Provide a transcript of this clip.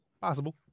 Possible